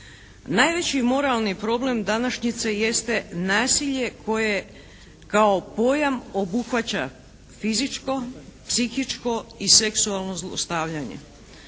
Najveći moralni problem današnjice jeste nasilje koje kao pojam obuhvaća fizičko, psihičko i seksualno zlostavljanje.